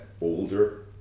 older